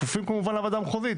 כפופים כמובן לוועדה המחוזית,